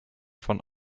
von